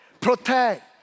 protect